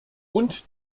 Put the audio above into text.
und